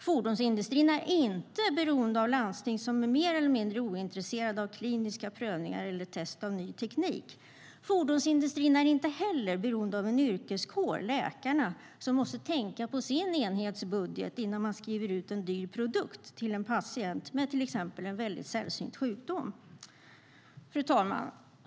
Fordonsindustrin är inte beroende av landsting som är mer eller mindre ointresserade av kliniska prövningar eller test av ny teknik. Fru talman!